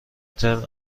ترم